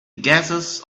gases